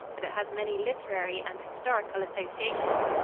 but it has many literary and historical associations,